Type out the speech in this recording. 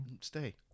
Stay